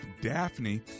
Daphne